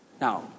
Now